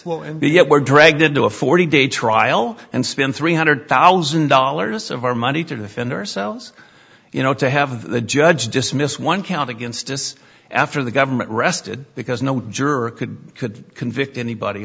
and yet we're dragged into a forty day trial and spend three hundred thousand dollars of our money to defend ourselves you know to have the judge dismissed one count against this after the government rested because no juror could could convict anybody